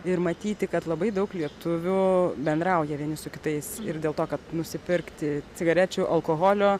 ir matyti kad labai daug lietuvių bendrauja vieni su kitais ir dėl to kad nusipirkti cigarečių alkoholio